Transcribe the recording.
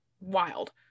wild